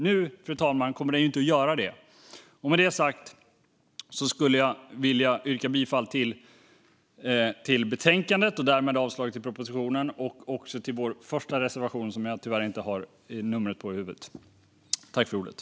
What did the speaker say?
Nu, fru talman, kommer den inte att göra det. Med det sagt yrkar jag bifall till utskottets förslag i betänkandet och därmed avslag på reservationen. Jag yrkar också bifall till vår reservation nummer 4.